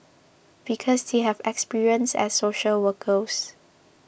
because they have experience as social workers